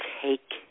take